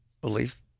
belief